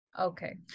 Okay